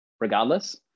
regardless